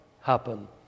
happen